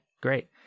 great